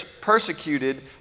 persecuted